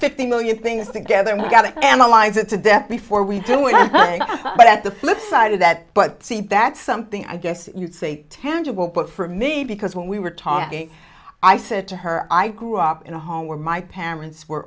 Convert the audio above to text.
fifty million things together we've got to analyze it to death before we do it but at the flip side of that but that's something i guess you'd say tangible but for me because when we were talking i said to her i grew up in a home where my parents were